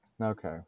Okay